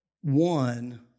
one